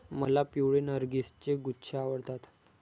मला पिवळे नर्गिसचे गुच्छे आवडतात